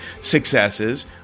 successes